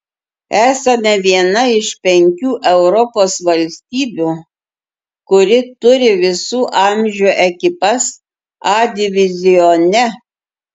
esame viena iš penkių europos valstybių kuri turi visų amžių ekipas a divizione